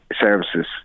services